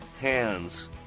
hands